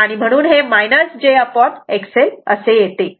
आणि म्हणून हे jXL असे येत आहे